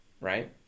right